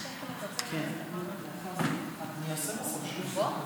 קבוצת סיעת ש"ס, קבוצת סיעת יהדות התורה